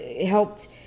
helped